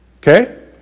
okay